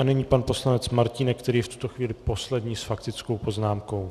A nyní pan poslanec Martínek, který je v tuto chvíli poslední s faktickou poznámkou.